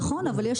נכון, אבל יש